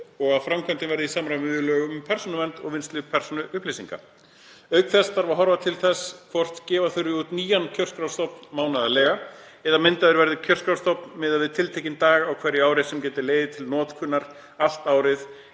og að framkvæmdin verði í samræmi við lög um persónuvernd og vinnslu persónuupplýsinga. Auk þess þarf að horfa til þess hvort gefa þurfi út nýjan kjörskrárstofn mánaðarlega eða myndaður verði kjörskrárstofn miðað við tiltekinn dag á hverju ári sem gæti legið fyrir til notkunar allt árið,